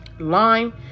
lime